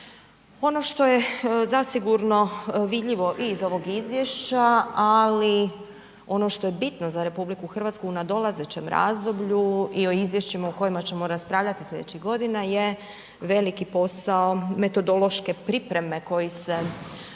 Ono što je zasigurno vidljivo i iz ovog izvješća ali i ono što je bitno za RH u nadolazećem razdoblju i o izvješćima o kojima ćemo raspravljati sljedećih godina je veliki posao metodološke pripreme koji se radi u